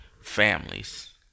Families